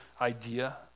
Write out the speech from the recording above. idea